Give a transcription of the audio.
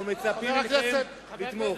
אנחנו מצפים מכם לתמוך.